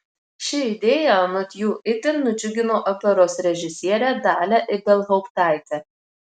ši idėja anot jų itin nudžiugino operos režisierę dalią ibelhauptaitę